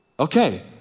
Okay